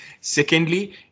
secondly